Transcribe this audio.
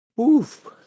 Oof